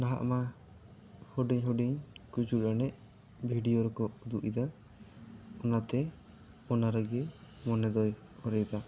ᱱᱟᱦᱟᱜ ᱢᱟ ᱦᱩᱰᱤᱧ ᱦᱩᱰᱤᱧ ᱠᱩᱪᱩᱲ ᱮᱱᱮᱡ ᱵᱷᱤᱰᱤᱭᱚ ᱨᱮᱠᱚ ᱩᱫᱩᱜ ᱮᱫᱟ ᱚᱱᱟᱛᱮ ᱚᱱᱟ ᱨᱮᱜᱮ ᱢᱚᱱᱮ ᱫᱚᱭ ᱚᱨ ᱮᱫᱟ